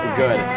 good